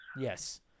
yes